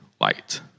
light